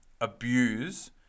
abuse